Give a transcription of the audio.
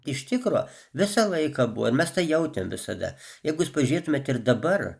iš tikro visą laiką buvo ir mes tą jautėm visada jeigu jūs pažiūrėtumėt ir dabar